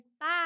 Bye